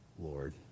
Lord